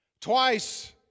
Twice